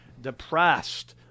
depressed